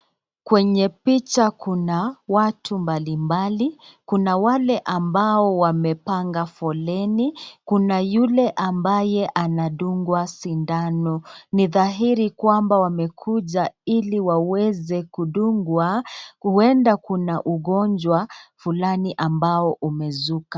Kwenye picha kuna watu mbalimbali, kuna wale ambao wamepanga foleni, kuna yule ambaye anadungwa sindano. Ni dhahiri kwamba wamekuja iliwaweze kudungwa kuwenda kuna ugonjwa fulani ambao umezuka.